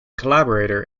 collaborator